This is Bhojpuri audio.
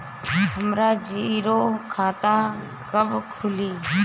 हमरा जीरो खाता कब खुली?